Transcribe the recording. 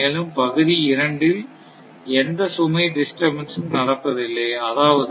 மேலும் பகுதி இரண்டில் எந்த சுமை டிஸ்டர்பன்ஸ்ஸ் ம் நடப்பதில்லை அதாவது